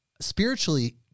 spiritually